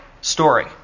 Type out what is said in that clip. story